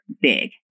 big